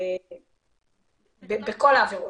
בכול העבירות?